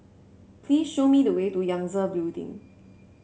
please show me the way to Yangtze Building